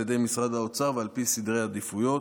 ידי משרד האוצר ועל פי סדרי עדיפויות.